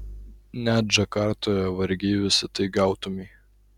net džakartoje vargiai visa tai gautumei